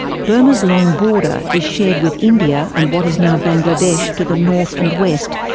burma's long border is shared with india and what is now bangladesh to the north and west,